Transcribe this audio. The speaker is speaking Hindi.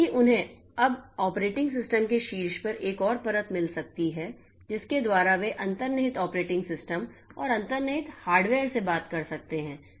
क्योंकि उन्हें अब ऑपरेटिंग सिस्टम के शीर्ष पर एक और परत मिल सकती है जिसके द्वारा वे अंतर्निहित ऑपरेटिंग सिस्टम और अंतर्निहित हार्डवेयर से बात कर सकते हैं